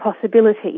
possibility